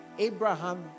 Abraham